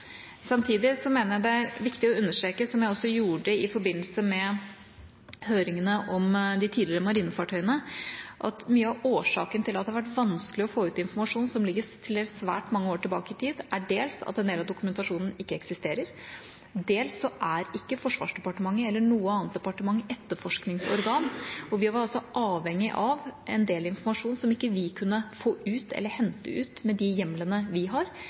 Samtidig mener jeg det er viktig å understreke, som jeg også gjorde i forbindelse med høringene om de tidligere marinefartøyene, at mye av årsaken til at det har vært vanskelig å få ut informasjon som ligger til dels svært mange år tilbake i tid, dels er at en del av dokumentasjonen ikke eksisterer, og dels at Forsvarsdepartementet eller noe annet departement ikke er etterforskningsorgan. Vi var altså avhengig av en del informasjon som vi ikke kunne hente ut med de hjemlene vi har,